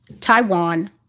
Taiwan